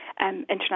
international